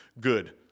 good